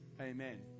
amen